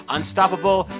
Unstoppable